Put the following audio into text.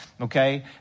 okay